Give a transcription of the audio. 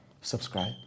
subscribe